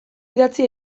idatzi